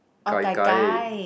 gai-gai